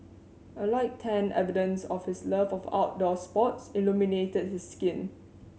a light tan evidence of his love of outdoor sports illuminated his skin